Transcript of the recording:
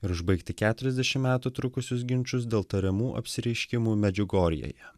ir užbaigti keturiasdešim metų trukusius ginčus dėl tariamų apsireiškimų medžiugorjėje